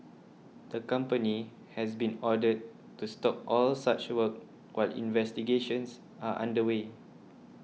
the company has been ordered to stop all such work while investigations are under way